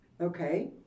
okay